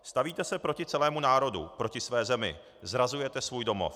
Stavíte se proti celému národu, proti své zemi, zrazujete svůj domov.